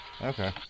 Okay